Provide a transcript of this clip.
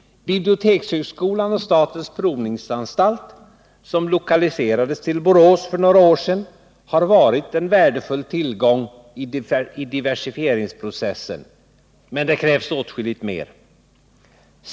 Bibliotekshögskolan och statens provningsanstalt, som lokaliserades till Borås för några år sedan, har varit värdefulla tillgångar i diversifieringsprocessen, men det krävs åtskilligt mer.